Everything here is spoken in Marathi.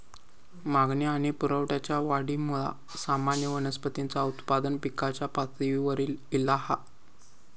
मागणी आणि पुरवठ्याच्या वाढीमुळा सामान्य वनस्पतींचा उत्पादन पिकाच्या पातळीवर ईला हा